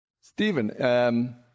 Stephen